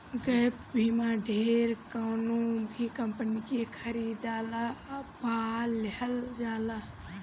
gap बीमा ढेर कवनो भी कंपनी के खरीदला पअ लेहल जाला